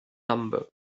number